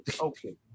okay